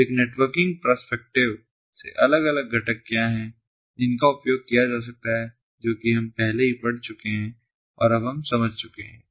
तो एक networking prospective से अलग अलग घटक क्या हैं जिनका उपयोग किया जा सकता है जो कि हम पहले ही पढ़ चुके हैं और हम समझ चुके हैं